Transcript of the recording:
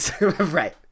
right